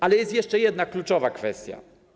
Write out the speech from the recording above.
Ale jest jeszcze jedna kluczowa kwestia.